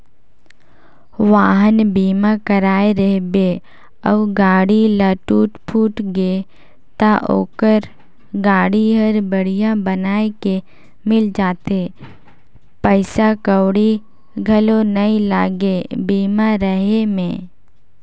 वाहन बीमा कराए रहिबे अउ गाड़ी ल टूट फूट गे त ओखर गाड़ी हर बड़िहा बनाये के मिल जाथे पइसा कउड़ी घलो नइ लागे बीमा रहें में